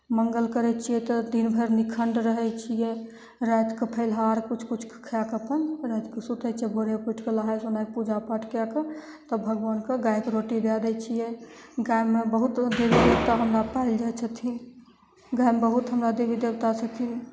मंगल करय छियै तऽ दिन भरि निखण्ड रहय छियै रातिके फलाहार किछु किछु खाके अपन रातिके सुतय छियै आओर भोरे उठिके नहाय सुनायके पूजा पाठ कएके तब भगवानके गायके रोटी दए दै छियै गायमे बहुत देवा देवता हमरा पायल जाइ छथिन गायमे बहुत हमरा देवी देवता छथिन